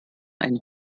ein